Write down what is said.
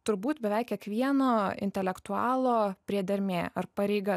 turbūt beveik kiekvieno intelektualo priedermė ar pareiga